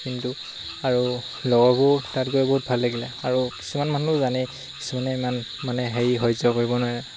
কিন্তু আৰু লগৰবোৰ তাত গৈ বহুত ভাল লাগিলে আৰু কিছুমান মানুহো জানেই কিছুমানে ইমান মানে হেৰি সহ্য কৰিব নোৱাৰে